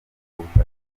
ubutaka